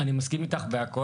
אני מסכים איתך בהכול.